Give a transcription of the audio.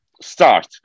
start